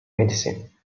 medicine